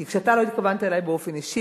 כי כשאתה לא התכוונת אלי באופן אישי